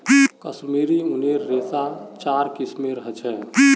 कश्मीरी ऊनेर रेशा चार किस्मेर ह छे